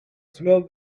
smell